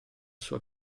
sua